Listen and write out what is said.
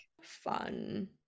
Fun